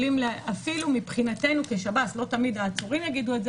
אפילו מבחינתנו כשב"ס לא תמיד העצורים יגידו את זה